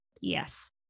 Yes